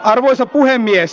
arvoisa puhemies